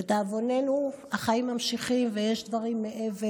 לדאבוננו, החיים ממשיכים ויש דברים מעבר.